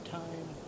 time